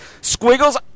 squiggles